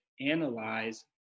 analyze